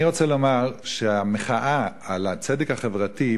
אני רוצה לומר שהמחאה על הצדק החברתי,